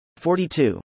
42